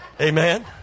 Amen